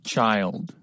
Child